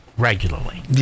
Regularly